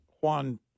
Juan